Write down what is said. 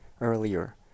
earlier